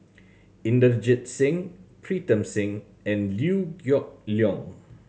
Inderjit Singh Pritam Singh and Liew Geok Leong